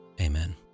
amen